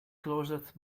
closest